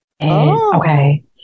Okay